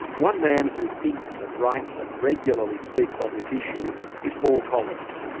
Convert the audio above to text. one man who thinks and writes and regularly speaks on this issue is paul collins.